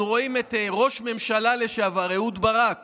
אנחנו רואים את ראש הממשלה לשעבר אהוד ברק